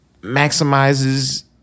maximizes